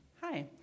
Hi